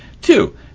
Two